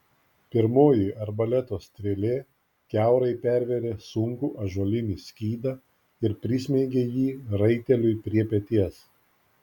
pirmoji arbaleto strėlė kiaurai pervėrė sunkų ąžuolinį skydą ir prismeigė jį raiteliui prie peties